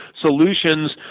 solutions